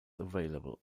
available